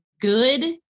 good